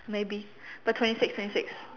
maybe but twenty six twenty six